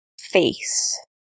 face